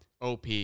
op